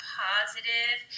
positive